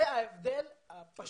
זה ההבדל הפשוט ביותר.